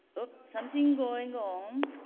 oh, something going on.